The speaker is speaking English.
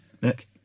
Look